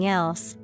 else